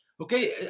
Okay